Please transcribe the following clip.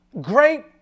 great